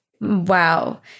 Wow